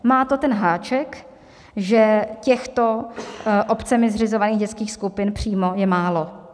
Má to ten háček, že těchto obcemi zřizovaných dětských skupin přímo je málo.